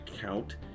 count